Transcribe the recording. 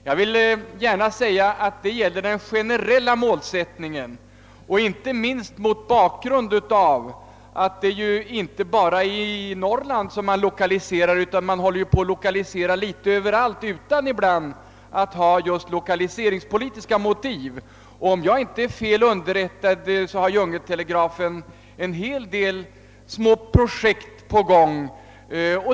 Jag vill gärna säga att detta gäller den generella målsättningen, inte minst mot bakgrund av att det ju inte bara är i Norrland som man lokaliserar, utan man lokaliserar litet överallt och ibland utan att ha lokaliseringspolitiska motiv. Om jag inte är fel underrättad genom djungeltelegrafen är en hel del småprojekt på gång.